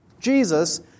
Jesus